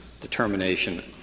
determination